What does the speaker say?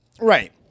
Right